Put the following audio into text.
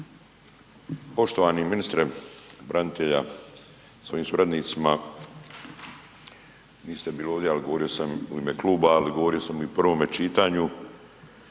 Poštovani ministre branitelja sa svojim suradnicima, niste bili ovdje, ali govorio sam u ime kluba, ali govorio sam i u prvome čitanju